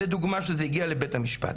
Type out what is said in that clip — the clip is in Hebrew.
זו דוגמה שהגיעה לבית המשפט.